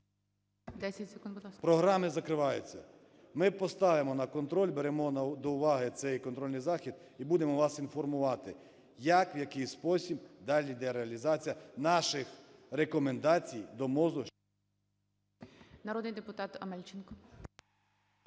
…програми закриваються. Ми поставимо на контроль, беремо до уваги цей контрольний захід і будемо вас інформувати, як, в який спосіб далі йде реалізація наших рекомендацій до МОЗу.